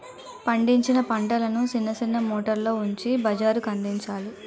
పండించిన పంటలను సిన్న సిన్న మూటల్లో ఉంచి బజారుకందించాలి